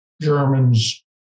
Germans